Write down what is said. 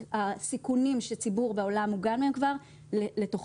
סיכונים שציבור בעולם מוגן מהם כבר לתוכנו,